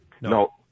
no